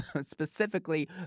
specifically